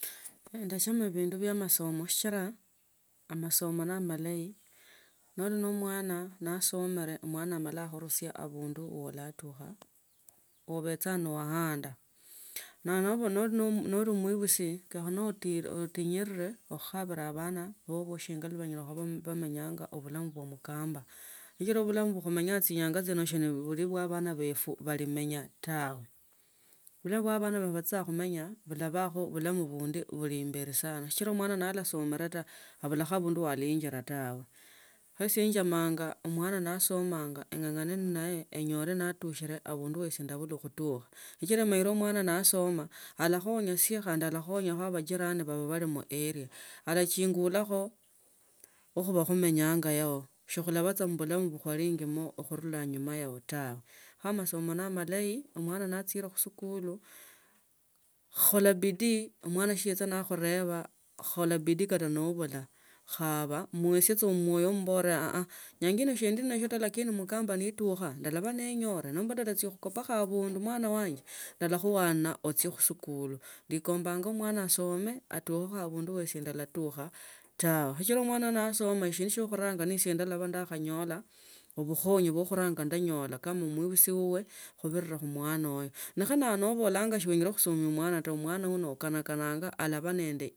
Kho ndasoma bindu nia amasoma sichira amasomo ne amalayi ndi no omwana amala akhunusia abundu olatakha obecha nowaanda niba noli umuibusi kenya utinyirire khukhabira abana shinga bala ba nabemenya obulamu bwa mukamba shikila obulamu bwa kumenyanga shino shibuli bwa bana befu balamonya tawe echira abana anga bachichanga khumenya balabakho bulamu bundi buli imbeli sana sichila mwana na somele tawe abulakho abundu alaingila tawe kho iso nyamanga omwana nasomanga engangano nenaye enyole natushile abundu ye yosi naichinwa khutukha schichira amanyile omwana nasoma olakhonya sie khandi alakhonya bajirani balaba mwanea alachingulacho ukhaba khumenyangao shikhula ba mubulamu bwa kwamenyangamo tawe khurula anyuma yao tawe kha masomo ne amalayi omwana nachira khusikuli khula bidii mwana si yocha nakhumba khola bidii nobula khaba muesi mumoyo one e aah inyanga ino sili nasio taa lakini mukamba nitukha ndaba ninyone nomba ndachia kukhopakho abundu mwana wanje kala khuana ochie khusikuli ndikombanga omwana asome atukhe abundu we esia sindatukha tawe sichila omwana aino nasoma shindu shiokhuranga shi esie ndaba ninyone neobukhonya lwa khuranga enyola kama amuibisi wawe khubirira khumwana uyo nekha ibie nobola si chienya khusoma mwana wuwo akanakana alaba nende.